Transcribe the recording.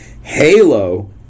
Halo